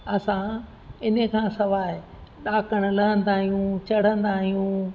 असां हिन खां सवाइ ॾाकण लहंदा आहियूं चढ़ंदा आहियूं